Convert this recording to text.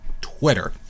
Twitter